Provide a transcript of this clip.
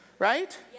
Right